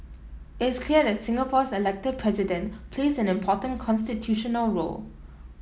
it's clear that Singapore's elected President plays an important constitutional role